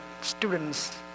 students